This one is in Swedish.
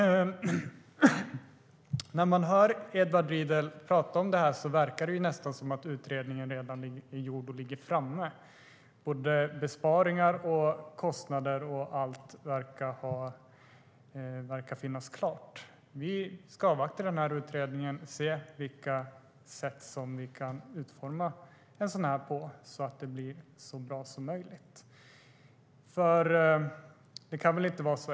När jag hör Edward Riedl tala om detta låter det nästan som att utredningen redan är gjord och ligger framme. Besparingar, kostnader och allt verkar vara klart. Vi ska dock avvakta utredningen och se vilka sätt vi kan utforma en flygskatt på så att det blir så bra som möjligt.